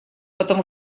потому